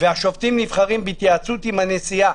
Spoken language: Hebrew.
והשופטים נבחרים בהתייעצות עם הנשיאה.